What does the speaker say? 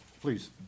please